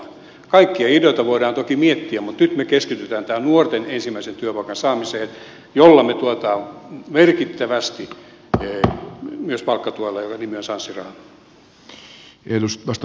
kaikkia ideoita voidaan toki miettiä mutta nyt me keskitymme tähän nuorten ensimmäisen työpaikan saamiseen jota me tuemme merkittävästi myös palkkatuella jonka nimi on sanssi raha